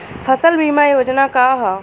फसल बीमा योजना का ह?